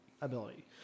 ability